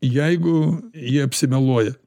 jeigu jie apsimeluoja